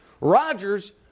Rodgers